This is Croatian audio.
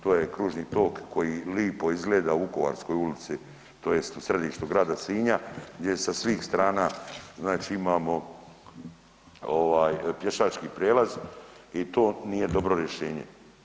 To je kružni tok koji lipo izgleda u Vukovarskoj ulici tj. u središtu grada Sinja gdje sa svih strana znači imamo ovaj pješački prijelaz i to nije dobro rješenje.